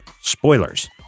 Spoilers